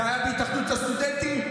זה היה בהתאחדות הסטודנטים,